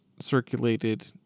circulated